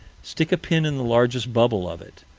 stick a pin in the largest bubble of it.